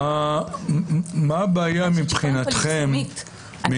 מה הבעיה מבחינתכם,